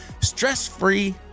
stress-free